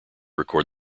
record